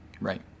Right